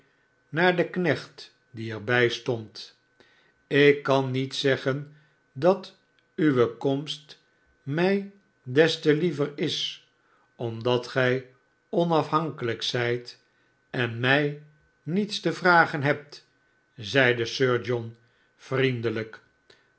naar den knecht die er bij stond ikkah niet zeggen dat uwe komst mij des te liever is omdat gij onafhankelijk zijt en mij niets te vragen hebt zeide sir john vriendelijk